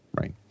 right